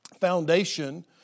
foundation